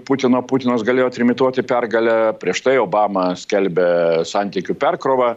putino putinas galėjo trimituoti pergalę prieš tai obama skelbia santykių perkrovą